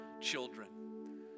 children